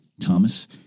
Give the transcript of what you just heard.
Thomas